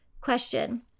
Question